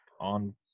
on